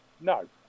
no